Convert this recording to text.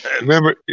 Remember